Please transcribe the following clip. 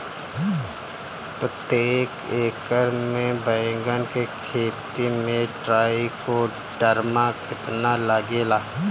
प्रतेक एकर मे बैगन के खेती मे ट्राईकोद्रमा कितना लागेला?